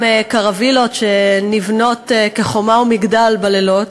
קרווילות שנבנות כ"חומה ומגדל" בלילות,